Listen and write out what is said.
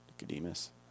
Nicodemus